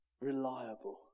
reliable